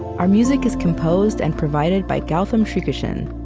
our music is composed and provided by gautam srikishan.